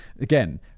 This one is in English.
Again